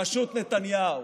רשות נתניהו.